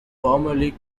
formerly